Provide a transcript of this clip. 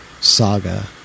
saga